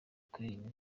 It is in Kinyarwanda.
kuririmba